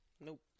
Nope